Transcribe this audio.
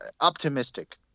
optimistic